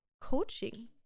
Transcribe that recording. coaching